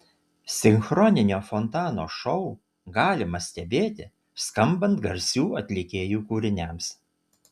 sinchroninio fontano šou galima stebėti skambant garsių atlikėjų kūriniams